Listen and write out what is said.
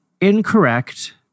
incorrect